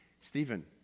Stephen